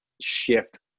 shift